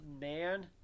man